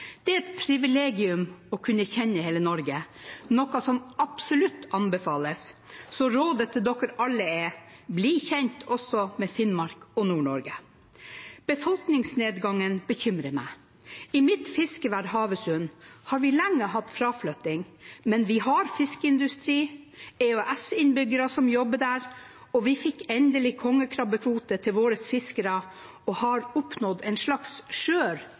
Det er et privilegium å kunne kjenne hele Norge, noe som absolutt anbefales, så rådet til alle her er: Bli kjent også med Finnmark og Nord-Norge. Befolkningsnedgangen bekymrer meg. I mitt fiskevær Havøysund har vi lenge hatt fraflytting, men vi har fiskeindustri, EØS-innbyggere som jobber der, og vi fikk endelig kongekrabbekvote til våre fiskere og har oppnådd en slags